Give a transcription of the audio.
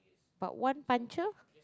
but one puncture